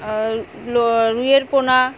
আর রুইয়ের পোনা